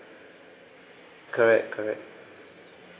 correct correct